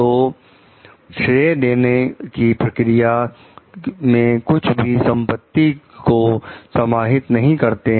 तो श्री देने की प्रक्रिया में कुछ भी संपत्ति को समाहित नहीं करते हैं